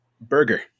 burger